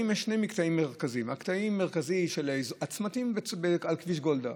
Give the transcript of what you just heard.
יש שני מקטעים מרכזיים: הצמתים על כביש גולדה,